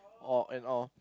or and all